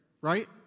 right